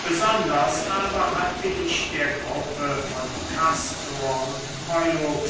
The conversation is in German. besonders aber hatte ich der gruppe von kastor und pollux